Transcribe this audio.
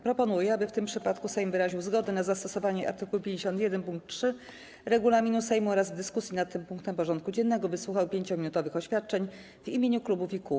Proponuję, aby w tym przypadku Sejm wyraził zgodę na zastosowanie art. 51 pkt 3 regulaminu Sejmu oraz w dyskusji nad tym punktem porządku dziennego wysłuchał 5-minutowych oświadczeń w imieniu klubów i kół.